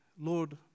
Lord